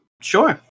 Sure